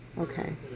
okay